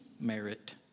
merit